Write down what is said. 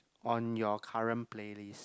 on your current playlist